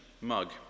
mug